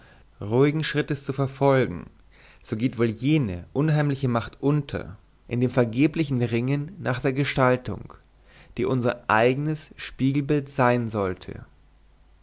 ruhigen schrittes zu verfolgen so geht wohl jene unheimliche macht unter in dem vergeblichen ringen nach der gestaltung die unser eignes spiegelbild sein sollte